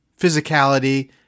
physicality